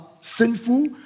sinful